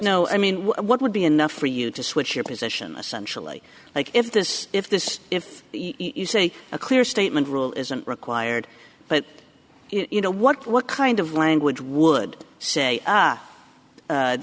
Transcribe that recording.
no i mean what would be enough for you to switch your position essential like if this if this if you say a clear statement rule isn't required but you know what kind of language would say